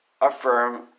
affirm